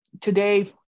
Today